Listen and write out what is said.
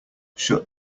shut